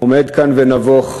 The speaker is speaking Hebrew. עומד כאן ונבוך,